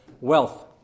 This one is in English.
wealth